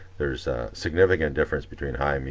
there's a significant difference between high, i mean